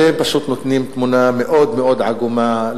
אלה פשוט נותנים תמונה מאוד מאוד עגומה